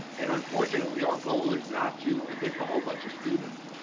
and unfortunately, our goal is not to evict a whole bunch of students,